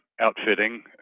outfitting